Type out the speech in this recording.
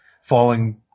falling